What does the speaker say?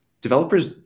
developers